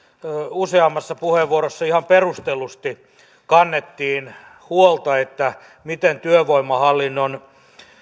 useammassa puheenvuorossa ihan perustellusti kannettiin huolta siitä miten työvoimahallinnon